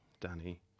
Danny